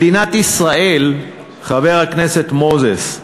מדינת ישראל, חבר הכנסת מוזס,